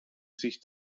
sich